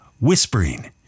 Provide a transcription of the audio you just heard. whispering